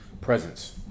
Presence